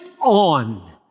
on